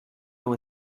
know